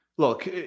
Look